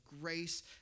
grace